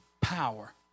power